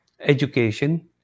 education